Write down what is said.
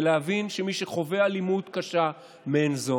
ולהבין שמי שחווה אלימות קשה מעין זו,